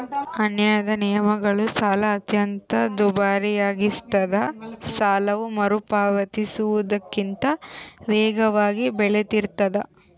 ಅನ್ಯಾಯದ ನಿಯಮಗಳು ಸಾಲ ಅತ್ಯಂತ ದುಬಾರಿಯಾಗಿಸ್ತದ ಸಾಲವು ಮರುಪಾವತಿಸುವುದಕ್ಕಿಂತ ವೇಗವಾಗಿ ಬೆಳಿತಿರ್ತಾದ